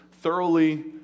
thoroughly